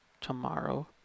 tomorrow